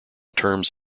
terms